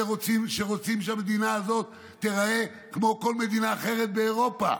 אלה שרוצים שהמדינה הזאת תיראה כמו כל מדינה אחרת באירופה.